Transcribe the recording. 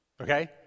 okay